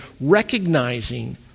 recognizing